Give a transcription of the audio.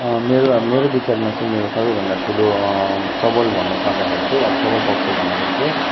मेरो मेरो विचारमा चाहिँ मेरो सबैभन्दा ठुलो सबल भन्नु पर्दाखेरि चाहिँ अब सबल पक्ष भन्दाखेरि चाहिँ